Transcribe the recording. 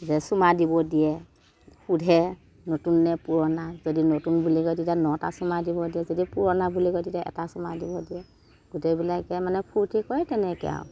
যে চুমা দিব দিয়ে সোধে নতুন নে পুৰণা যদি নতুন বুলি কয় নটা চুমা দিব দিয়ে যদি পুৰণা বুলি কয় তেতিয়া এটা চুমা দিব দিয়ে গোটেইবিলাকে মানে ফুৰ্তি কৰে তেনেকৈ আৰু